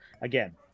again